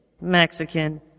Mexican